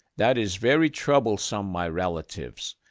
that is very troublesome, my relatives.